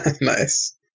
Nice